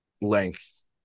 length